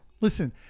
Listen